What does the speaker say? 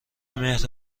مهر